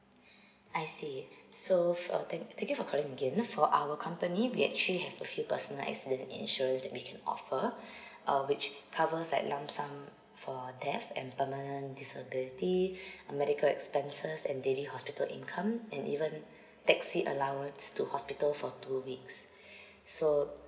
I see so for thank thank you for calling again for our company we actually have a few personal accident insurance that we can offer uh which covers like lump sum for death and permanent disability uh medical expenses and daily hospital income and even taxi allowance to hospital for two weeks so